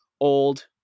Old